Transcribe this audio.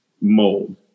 mold